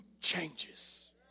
changes